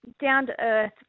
down-to-earth